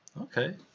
Okay